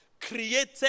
created